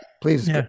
Please